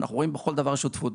אנחנו רואים בכל דבר שותפות.